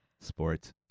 Sports